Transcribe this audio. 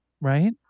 Right